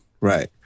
right